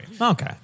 Okay